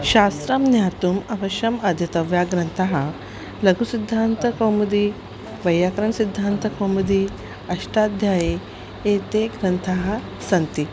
शास्त्रं ज्ञातुम् अवश्यम् अध्येतव्याः ग्रन्थाः लघुसिद्धान्तकौमुदी वैयाकरणसिद्धान्तकौमुदी अष्टाध्यायी एते ग्रन्थाः सन्ति